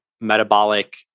metabolic